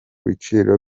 biciro